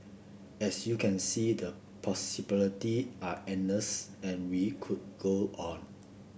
as you can see the possibility are endless and we could go on